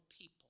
people